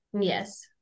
Yes